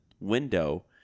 window